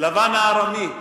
לבן הארמי.